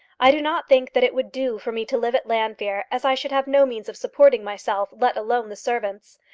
i do not think that it would do for me to live at llanfeare, as i should have no means of supporting myself, let alone the servants.